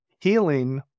healing